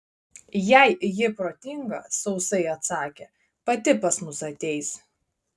jei ji protinga sausai atsakė pati pas mus ateis